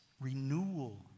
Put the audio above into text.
renewal